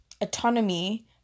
autonomy